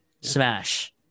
Smash